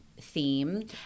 theme